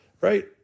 right